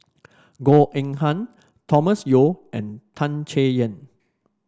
Goh Eng Han Thomas Yeo and Tan Chay Yan